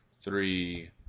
three